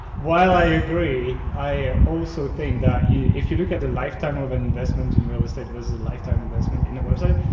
while i agree, i also think that you if you look at the lifetime of investment in real estate versus a lifetime investment in a website,